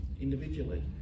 individually